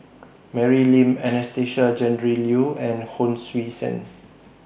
Mary Lim Anastasia Tjendri Liew and Hon Sui Sen